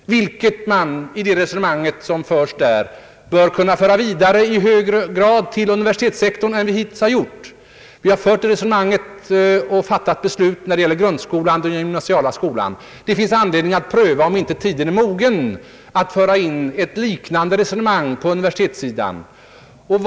Det resonemang som förts där bör kunna föras vidare till universitetssektorn i högre grad än vi hittills har gjort. Vi har ju tillämpat dessa åsikter och fattat beslut i enlighet därmed när det gäller grundskolan och den gymnasiala skolan. Det finns anledning att pröva om inte tiden är mogen för ett liknande betraktelsesätt på universitetssidan.